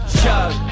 chug